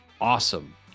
Awesome